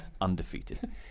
Undefeated